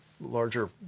larger